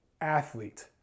athlete